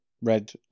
Red